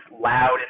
loud